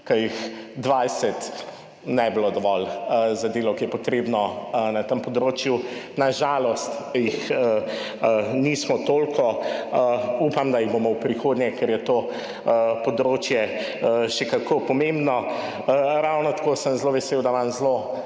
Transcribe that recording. ker jih 20 ne bi bilo dovolj za delo, ki je potrebno na tem področju. Na žalost jih nismo toliko, upam, da jih bomo v prihodnje, ker je to področje še kako pomembno. Ravno tako sem zelo vesel, da imam zelo